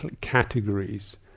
categories